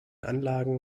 anlagen